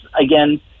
again